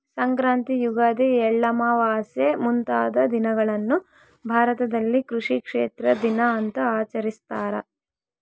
ಸಂಕ್ರಾಂತಿ ಯುಗಾದಿ ಎಳ್ಳಮಾವಾಸೆ ಮುಂತಾದ ದಿನಗಳನ್ನು ಭಾರತದಲ್ಲಿ ಕೃಷಿ ಕ್ಷೇತ್ರ ದಿನ ಅಂತ ಆಚರಿಸ್ತಾರ